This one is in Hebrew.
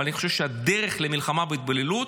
אבל אני חושב שהדרך למלחמה בהתבוללות